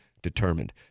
determined